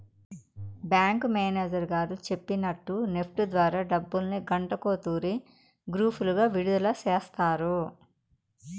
bank manager గారు సెప్పినట్టు NEFT ద్వారా డబ్బుల్ని గంటకో తూరి గ్రూపులుగా విడదల సేస్తారు